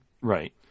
Right